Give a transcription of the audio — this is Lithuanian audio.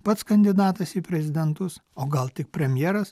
pats kandidatas į prezidentus o gal tik premjeras